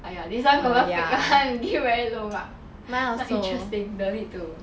!aiya! this [one] confirm fake [one] give very low mark not interesting don't need to